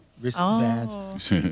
wristbands